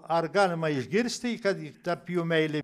ar galima išgirsti kad tarp jų meilė